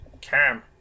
Cam